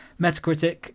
Metacritic